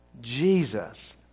Jesus